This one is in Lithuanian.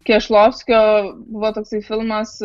kešlovskio buvo toksai filmas